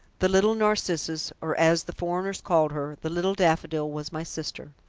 the little narcissus, or as the foreigners called her, the little daffodil, was my sister.